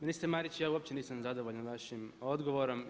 Ministre Marić, ja uopće nisam zadovoljan vašim odgovorom.